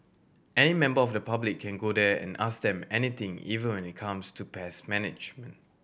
any member of the public can go there and ask them anything even when it comes to pest management